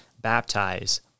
baptize